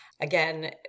Again